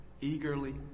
eagerly